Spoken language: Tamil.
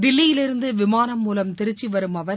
தில்லியிலிருந்து விமாளம் மூலம் திருச்சி வரும் அவர்